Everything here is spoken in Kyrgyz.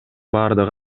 бардыгы